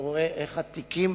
ורואה איך התיקים